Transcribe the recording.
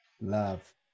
Love